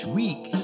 week